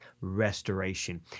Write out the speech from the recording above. Restoration